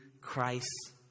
Christ